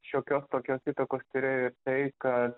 šiokios tokios įtakos turėjo ir tai kad